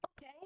Okay